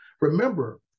remember